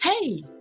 hey